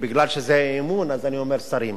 מכיוון שזה אי-אמון אני אומר "שרים",